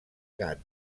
gant